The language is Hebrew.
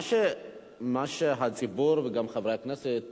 מה שהציבור וגם חברי הכנסת